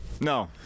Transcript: No